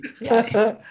yes